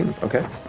okay.